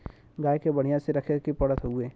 गाय के बढ़िया से रखे के पड़त हउवे